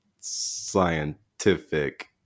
scientific